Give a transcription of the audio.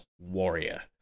Warrior